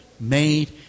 Made